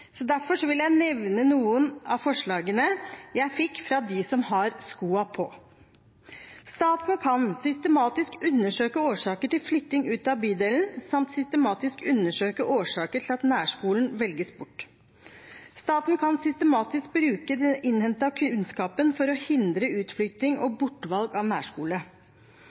Derfor vil jeg nevne noen av forslagene jeg fikk fra dem som har skoene på: Staten kan systematisk undersøke årsaker til flytting ut av bydelen, samt systematisk undersøke årsaker til at nærskolen velges bort. Staten kan systematisk bruke den innhentede kunnskapen til å hindre utflytting og bortvalg av nærskole.